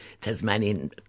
Tasmanian